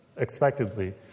expectedly